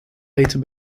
later